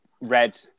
Red